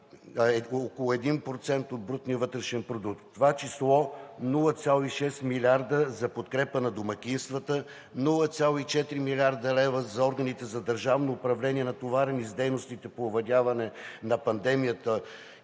около 1% от брутния вътрешен продукт, в това число 0,6 млрд. лв. за подкрепа на домакинствата, 0,4 млрд. лв. за органите за държавно управление, натоварени с дейностите по овладяване на пандемията